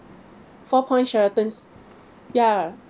four point Sheraton's ya